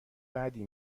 بدی